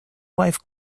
wife